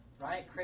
right